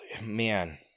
man